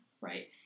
right